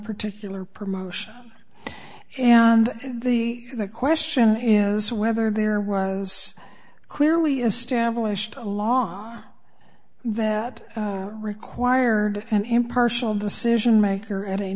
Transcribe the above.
particular promotion and the question is whether there was clearly established a law that required an impartial decision maker at a